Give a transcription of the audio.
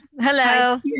Hello